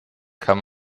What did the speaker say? kann